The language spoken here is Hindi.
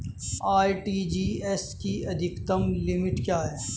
आर.टी.जी.एस की अधिकतम लिमिट क्या है?